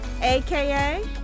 aka